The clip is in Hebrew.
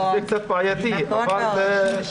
בסדר גמור.